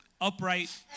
upright